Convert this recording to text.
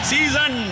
Season